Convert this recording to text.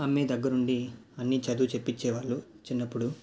అమ్మే దగ్గర ఉండి అన్ని చదువు చెప్పించేవాళ్ళు చిన్నప్పుడు